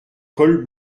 col